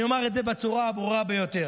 אני אומר את זה בצורה הברורה ביותר.